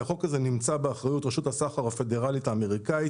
החוק הזה נמצא באחריות רשות הסחר הפדרלית האמריקנית.